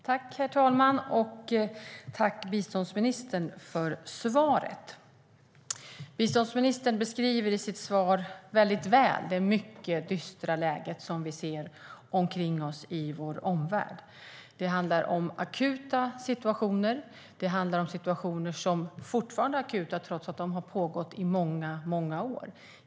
Herr talman! Tack, biståndsministern, för svaret! Biståndsministern beskriver i sitt svar väldigt väl det mycket dystra läge som vi ser i vår omvärld. Det handlar om akuta situationer. Det handlar om situationer som fortfarande är akuta trots att de har pågått i många år.